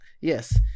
Yes